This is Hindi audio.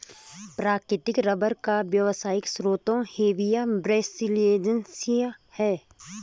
प्राकृतिक रबर का व्यावसायिक स्रोत हेविया ब्रासिलिएन्सिस है